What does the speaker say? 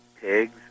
pigs